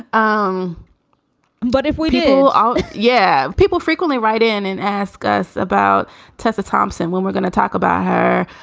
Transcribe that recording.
um but if we do. oh, yeah people frequently write in and ask us about tessa thompson when we're gonna talk about her.